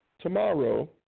Tomorrow